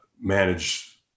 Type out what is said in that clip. manage